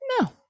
No